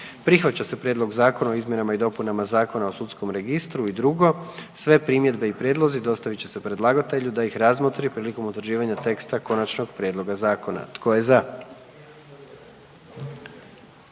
Prihvaća se Prijedlog Zakona o izmjenama i dopunama Zakona o prekograničnom prometu i trgovini divljim vrstama i 2. Sve primjedbe i prijedlozi dostavit će se predlagatelju da ih razmotri prilikom utvrđivanja teksta konačnog prijedloga zakona. Tko je za?